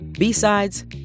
B-sides